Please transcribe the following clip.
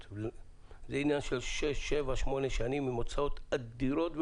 זה עניין של 6-8 שנים עם הוצאות אדירות.